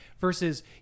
versus